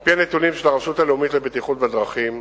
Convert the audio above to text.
על-פי הנתונים של הרשות הלאומית לבטיחות בדרכים,